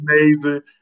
amazing